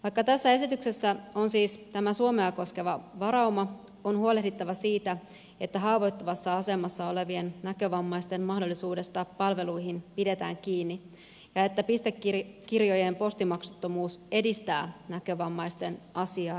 vaikka tässä esityksessä on siis tämä suomea koskeva varauma on huolehdittava siitä että haavoittuvassa asemassa olevien näkövammaisten mahdollisuudesta palveluihin pidetään kiinni ja että pistekirjojen postimaksuttomuus edistää näkövammaisten asiaa riittävällä tavalla